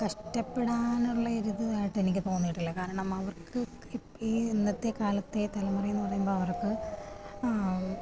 കഷ്ടപ്പെടാനുള്ളയൊരിതായിട്ട് എനിക്ക് തോന്നിയിട്ടില്ല കാരണം അവർക്ക് ഈ ഇന്നത്തെക്കാലത്തെ തലമുറയെന്ന് പറയുമ്പോൾ അവർക്ക്